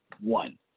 one